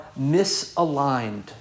misaligned